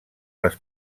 les